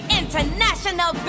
international